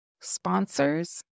sponsors